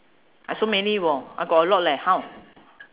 I so many [wor] I got a lot leh how